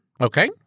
Okay